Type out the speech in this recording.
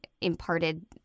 imparted